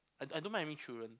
I I don't mind having children